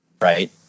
right